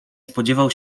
spodziewał